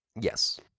Yes